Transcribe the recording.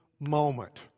Moment